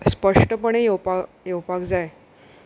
स्पश्टपणी येवपाक येवपाक जाय